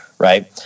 Right